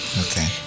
Okay